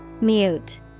Mute